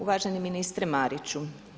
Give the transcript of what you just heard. Uvaženi ministre Mariću.